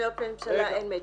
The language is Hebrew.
בתכניות הממשלה אין מצ'ינג.